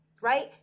right